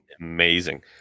amazing